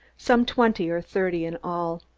some twenty or thirty in all.